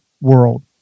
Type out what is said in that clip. world